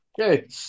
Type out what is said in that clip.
Okay